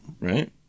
Right